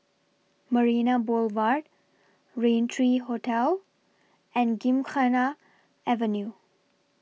Marina Boulevard Raintree Hotel and Gymkhana Avenue